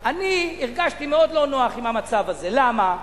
אני הרגשתי מאוד לא נוח עם המצב הזה, למה?